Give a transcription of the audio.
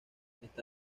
está